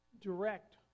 direct